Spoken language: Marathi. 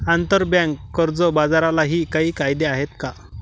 आंतरबँक कर्ज बाजारालाही काही कायदे आहेत का?